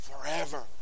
forever